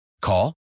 Call